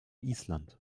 island